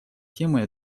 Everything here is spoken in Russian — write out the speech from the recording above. темой